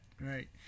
right